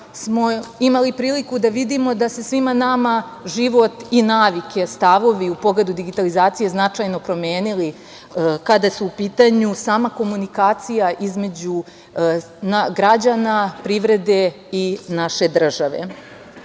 imali priliku da vidimo da su se svima nama život i navike, stavovi u pogledu digitalizacije značajno promenili kada su u pitanju sama komunikacija između građana, privrede i naše države. Ono